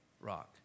rock